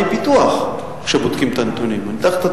ההצעה להסיר מסדר-היום את הצעת חוק ביטוח בריאות ממלכתי (תיקון,